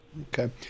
Okay